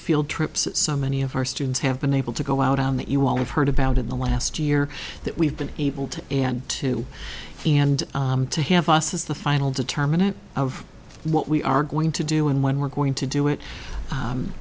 field trips so many of our students have been able to go out on that you all have heard about in the last year that we've been able to and to and to have us is the final determinant of what we are going to do and when we're going to do it